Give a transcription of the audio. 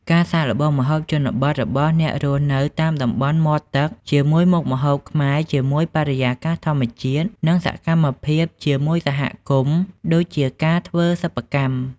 ការសាកល្បងម្ហូបជនបទរបស់អ្នករស់នៅតាមតំបន់មាត់ទឹកជាមួយមុខម្ហូបខ្មែរជាមួយបរិកាសធម្មជាតិ និងសកម្មភាពជាមួយសហគមន៍ដូចជាការធ្វើសិប្បកម្ម។